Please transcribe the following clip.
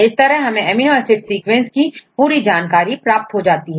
इस तरह हमें एमिनो एसिड सीक्वेंस की पूरी जानकारी प्राप्त हो जाती है